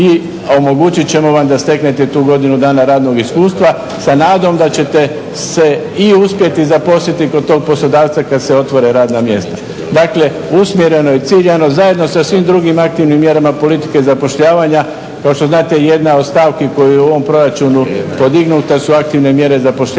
i omogućit ćemo vam da steknete tu godinu dana radnog iskustva sa nadom da ćete se i uspjeti zaposliti kod tog poslodavca kad se otvore radna mjesta. Dakle usmjereno je i ciljano, zajedno sa svim drugim aktivnim mjerama politike zapošljavanje, kao što znate jedna od stavki koja je u ovom proračunu podignuta su aktivne mjere zapošljavanja,